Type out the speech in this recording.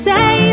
Say